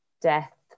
death